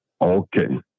Okay